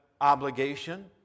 obligation